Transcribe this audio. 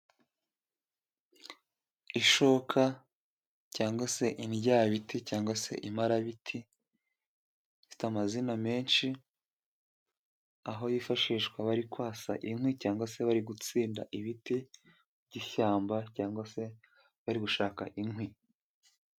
Ishoka cyangwa se indyabiti cyangwa se imparabiti ifite amazina menshi aho yifashishwa bari kwasa inkwi cyangwa se bari gutsinda ibiti by'ishyamba cyangwa se bari gushaka inkwi.